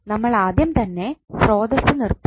നമ്മൾ ആദ്യം തന്നെ സ്രോതസ്സ് നിർത്തണം